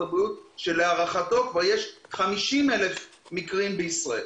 הבריאות שלהערכתו יש כבר 50,000 מקרים בישראל.